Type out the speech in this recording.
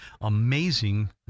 amazing